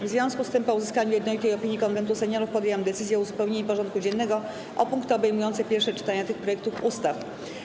W związku z tym, po uzyskaniu jednolitej opinii Konwentu Seniorów, podjęłam decyzję o uzupełnieniu porządku dziennego o punkty obejmujące pierwsze czytania tych projektów ustaw.